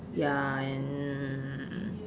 ya and